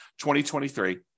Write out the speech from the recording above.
2023